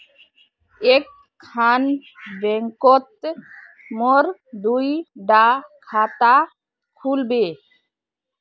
एक खान बैंकोत मोर दुई डा खाता खुल बे?